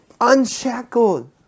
unshackled